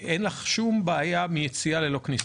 אין לך שום בעיה מיציאה ללא כניסה.